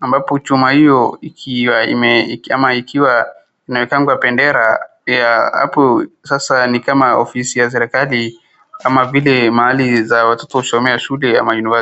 ambapo chuma hiyio ikiwa ime ama ikiwa imewekangwa bendera ya hapo sasa ni kama ofisi ya serikali ama vile mahali za watoto husomea shule ama university .